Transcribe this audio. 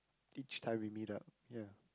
each time we meet up ya